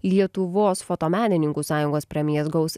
lietuvos fotomenininkų sąjungos premijas gaus